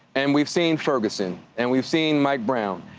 and we've seen ferguson. and we've seen mike brown.